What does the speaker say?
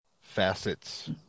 facets